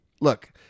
look